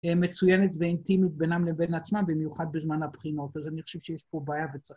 א...מצוינת ואינטימית בינם לבין עצמם, במיוחד בזמן הבחינות, אז אני חושב שיש פה בעיה וצריך